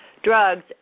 Drugs